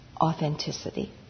authenticity